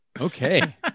Okay